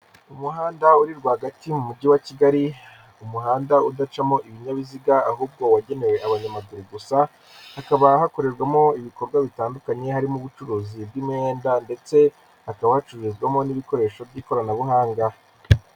Umuhanda uri rwagati mu mujyi wa Kigali, umuhanda udacamo ibinyabiziga ahubwo wagenewe abanyamaguru gusa, hakaba hakorerwamo ibikorwa bitandukanye harimo ubucuruzi bw'imyenda ndetse hakaba hacururizwamo n'ibikoresho by'ikoranabuhanga.